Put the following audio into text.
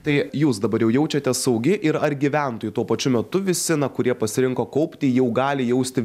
tai jūs dabar jau jaučiatės saugi ir ar gyventojų tuo pačiu metu visi na kurie pasirinko kaupti jau gali jausti